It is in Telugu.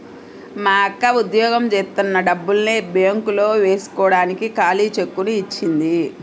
మా అక్క ఉద్యోగం జేత్తన్న డబ్బుల్ని బ్యేంకులో వేస్కోడానికి ఖాళీ చెక్కుని ఇచ్చింది